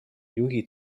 juhid